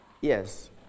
Yes